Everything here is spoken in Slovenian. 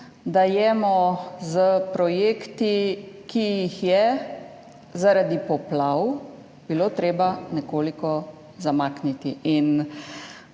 dajemo s projekti, ki jih je zaradi poplav bilo treba nekoliko zamakniti.